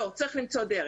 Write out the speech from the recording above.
צריך למצוא דרך.